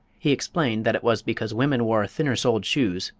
he explained that it was because women wore thinner-soled shoes,